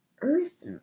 Earth